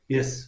Yes